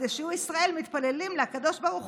כדי שיהיו ישראל מתפללים להקדוש ברוך